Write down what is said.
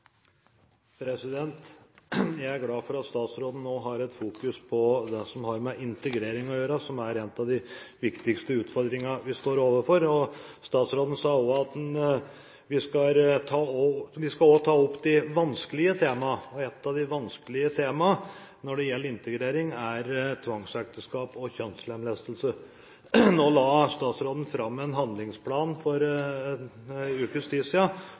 Jeg er glad for at statsråden nå har et fokus på det som har med integrering å gjøre, og som er den viktigste utfordringen vi står overfor. Statsråden sa også at vi også skal ta opp de vanskelige temaene. Et av de vanskelige temaene når det gjelder integrering, er tvangsekteskap og kjønnslemlestelse. Nå la statsråden fram en handlingsplan for en ukes tid